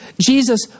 Jesus